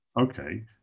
Okay